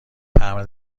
تمبر